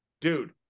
dude